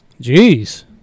Jeez